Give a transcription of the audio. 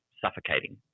suffocating